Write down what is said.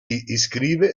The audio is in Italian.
iscrive